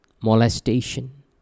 molestation